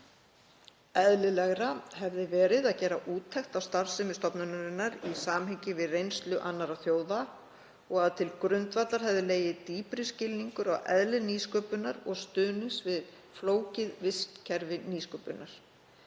„Eðlilegra hefði verið að gera úttekt á starfsemi stofnunarinnar í samhengi við reynslu annarra þjóða og að til grundvallar hefði legið dýpri skilningur á eðli nýsköpunar og stuðnings við flókið vistkerfi nýsköpunar.